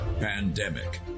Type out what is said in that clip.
Pandemic